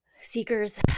seekers